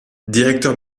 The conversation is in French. directeur